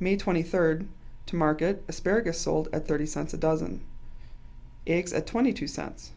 made twenty third to market asparagus sold at thirty cents a dozen eggs at twenty two cents